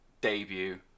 debut